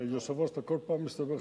היושב-ראש, אתה כל פעם מסתבך.